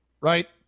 right